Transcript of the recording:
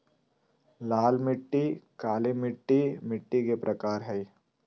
लाल मिट्टी, काली मिट्टी मिट्टी के प्रकार हय